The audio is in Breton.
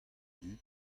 dud